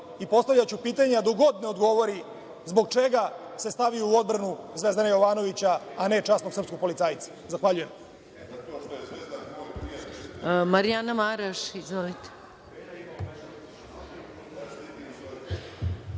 i postavljaću pitanja dok god ne odgovori zbog čega se stavio u odbranu Zvezdana Jovanovića, a ne časnog srpskog policajca? Zahvaljujem.